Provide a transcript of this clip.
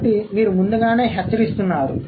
కాబట్టి మీరు ముందుగానే హెచ్చరిస్తున్నారు